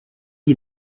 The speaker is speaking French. est